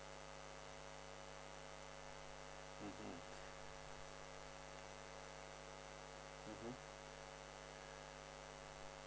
mmhmm